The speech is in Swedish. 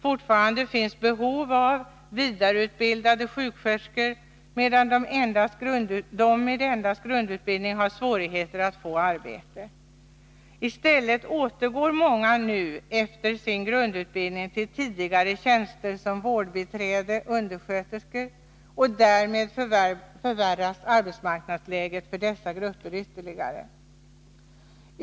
Fortfarande finns behov av vidareutbildade sjuksköterskor medan de med endast grundutbildning har svårigheter att få arbete. I stället återgår många nu efter grundutbildning till tidigare tjänster som vårdbiträde/undersköterskor, och därmed förvärras arbetsmarknadsläget för dessa grupper.